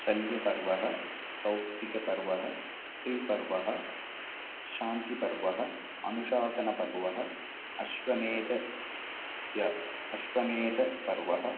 शल्यपर्व सौक्तिकपर्व स्त्रीपर्व शान्तिपर्व अनुशासनपर्व अश्वमेद य अश्वमेधपर्व